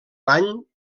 l’any